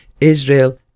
Israel